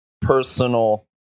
personal